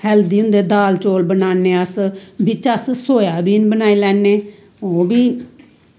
healthy होंदे दाल चौल बनान्ने अस बिच्च अस सोयाबीन बनाई लैन्ने ओह् बी